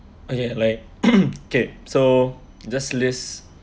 okay like okay so just list